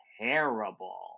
terrible